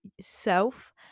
self